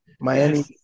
Miami